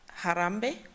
Harambe